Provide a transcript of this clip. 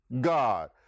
God